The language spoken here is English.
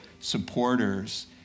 supporters